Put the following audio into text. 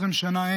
20 שנה,